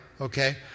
okay